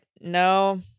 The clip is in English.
no